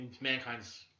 mankind's